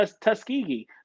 Tuskegee